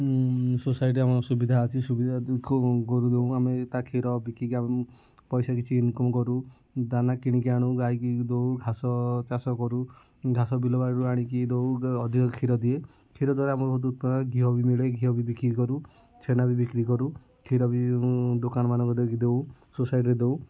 society ଆମର ସୁବିଧା ଅଛି ସୁବିଧା ଗୋରୁ ଯୋଉଁ ଆମେ ତା କ୍ଷୀର ବିକିକି ଆମେ ପଇସା କିଛି ଇନକମ୍ କରୁ ଦାନା କିଣିକି ଆଣୁ ଗାଈକି ଦେଉ ଘାସ ଚାଷ କରୁ ଘାସ ବିଲ ବାଡ଼ିରୁ ଆଣିକି ଦେଉ ଅଧିକ କ୍ଷୀର ଦିଏ କ୍ଷୀର ଦ୍ୱାରା ଆମର ବହୁତ ଉତ୍ପାଦ ହୁଏ ଘିଅ ବି ମିଳେ ଆମେ ଘିଅ ବି ବିକ୍ରି କରୁ ଛେନା ବି ବିକ୍ରି କରୁ କ୍ଷୀର ବି ଦୋକାନ ମାନଙ୍କରେ ଯାଇକି ଦେଉ ସୋସାଇଟିରେ ଦେଉ